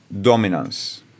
dominance